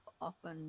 often